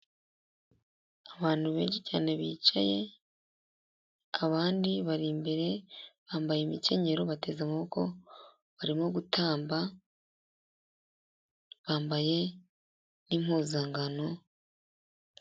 Abantu benshi cyane bicaye, abandi bari imbere bambaye imikenyerero bateze amaboko, barimo gutamba bambaye nk'impuzankano.